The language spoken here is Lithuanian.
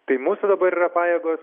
tai mūsų dabar yra pajėgos